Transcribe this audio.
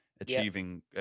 achieving